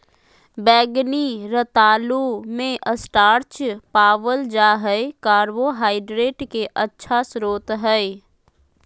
बैंगनी रतालू मे स्टार्च पावल जा हय कार्बोहाइड्रेट के अच्छा स्रोत हय